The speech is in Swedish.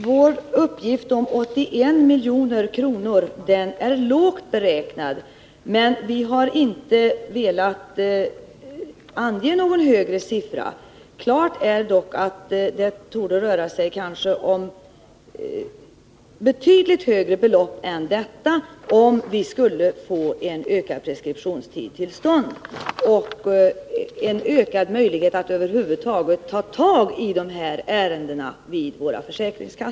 Herr talman! Vår uppgift om 81 milj.kr. är lågt beräknad, men vi har inte velat ange någon högre siffra. Klart är dock att det torde röra sig om betydligt högre belopp än detta, ifall vi skulle få en ökad preskriptionstid och ökade möjligheter att över huvud ta tag i de här ärendena vid våra försäkringskassor.